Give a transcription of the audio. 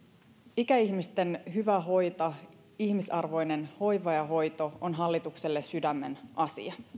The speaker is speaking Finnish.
ikäihmisten hyvä hoito ihmisarvoinen hoiva ja hoito on hallitukselle sydämen asia